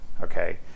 okay